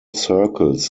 circles